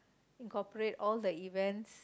incorporate all the event